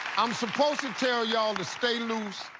i'm supposed to tell y'all to stay loose,